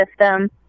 system